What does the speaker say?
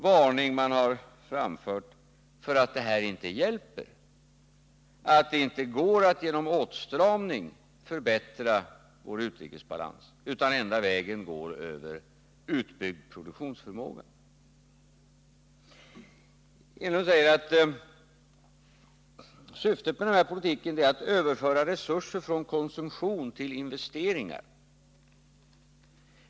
— för att de här åtgärderna inte hjälper? Det går inte att genom åtstramning förbättra vår utrikesbalans. Enda vägen går över utbyggd produktionsförmåga. Eric Enlund säger att syftet med den här politiken är att överföra resurser från konsumtion till investeringar.